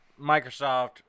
Microsoft